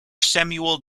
samuel